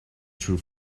true